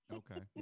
okay